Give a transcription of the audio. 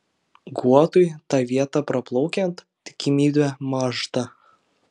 guotui tą vietą praplaukiant tikimybė mąžta